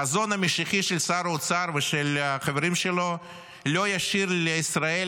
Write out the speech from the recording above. החזון המשיחי של שר האוצר ושל החברים שלו לא ישאיר לישראל